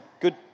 Good